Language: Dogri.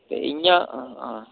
ते इ'यां हां